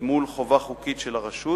מול חובה חוקית של הרשות,